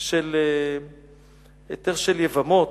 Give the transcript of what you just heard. של יבמות.